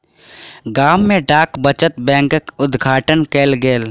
गाम में डाक बचत बैंकक उद्घाटन कयल गेल